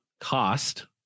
Cost